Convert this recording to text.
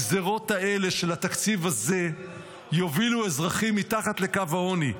הגזרות האלה של התקציב הזה יובילו אזרחים מתחת לקו העוני,